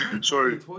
Sorry